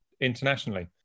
internationally